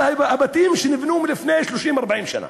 על הבתים שנבנו לפני 30, 40 שנה.